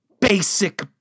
Basic